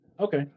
okay